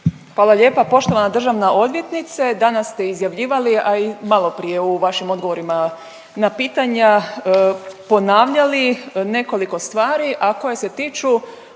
Hvala lijepa poštovana državna odvjetnice. Danas ste izjavljivali, a i malo prije u vašim odgovorima na pitanja ponavljali nekoliko stvari a koje se tiču